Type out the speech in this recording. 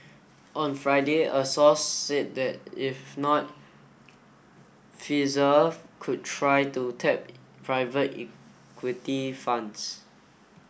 on Friday a source said that if not Pfizer could try to tap private equity funds